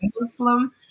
Muslim